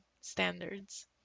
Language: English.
standards